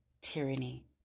tyranny